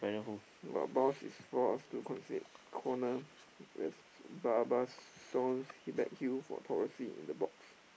is forced is to concede corner as hit back for Torres hit the corner in the box